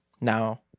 Now